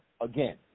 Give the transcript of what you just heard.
again